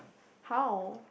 how